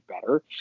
better